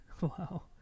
Wow